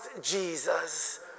Jesus